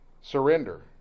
Surrender